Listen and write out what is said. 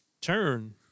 turn